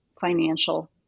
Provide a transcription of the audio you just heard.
financial